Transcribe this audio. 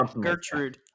Gertrude